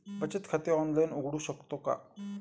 बचत खाते ऑनलाइन उघडू शकतो का?